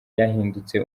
yahindutse